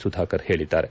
ಸುಧಾಕರ್ ಹೇಳದ್ದಾರೆ